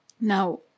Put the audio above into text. Now